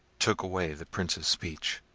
took away the prince's speech.